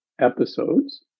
episodes